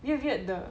weird weird 的